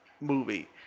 movie